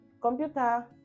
computer